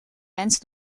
wens